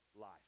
life